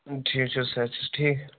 ٹھیٖک چھِ حظ صحت چھِ حظ ٹھیٖک